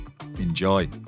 Enjoy